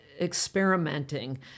experimenting